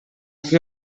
que